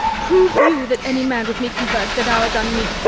prove you that any man with me convers'd at hours unmeet,